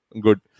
good